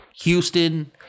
Houston